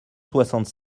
soixante